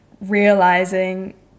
realizing